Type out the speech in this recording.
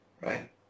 right